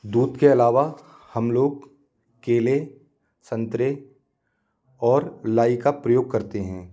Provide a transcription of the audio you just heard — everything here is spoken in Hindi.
दूध के अलावा हम लोग केले संतरे और लाई का प्रयोग करते हैं